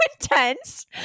intense